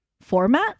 format